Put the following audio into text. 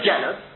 jealous